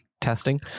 testing